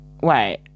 wait